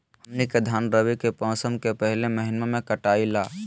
हमनी के धान रवि के मौसम के पहले महिनवा में कटाई ला